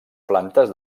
plantes